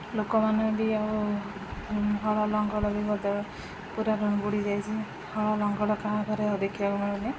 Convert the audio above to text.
ଲୋକମାନେ ବି ଆଉ ହଳ ଲଙ୍ଗଳ ବି ପୁରା ବୁଡ଼ି ଯାଇଛି ହଳ ଲଙ୍ଗଳ ଆଉ କାହା ଘରେ ଆଉ ଦେଖିବାକୁ ମିଳେ